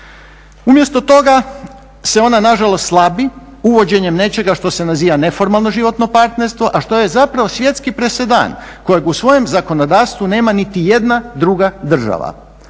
Umjesto toga se ona na žalost slabi uvođenjem nečega što se naziva neformalno životno partnerstvo, a što je zapravo svjetski presedan kojeg u svojem zakonodavstvu nema niti jedna druga država.